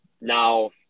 Now